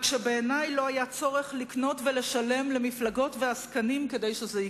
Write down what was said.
רק שבעיני לא היה צורך לקנות ולשלם למפלגות ולעסקנים כדי שזה יקרה.